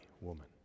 woman